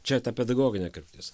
čia ta pedagoginė kryptis